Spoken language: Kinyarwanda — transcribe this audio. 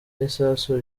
n’isasu